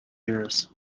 years